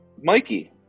mikey